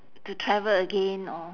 to travel again or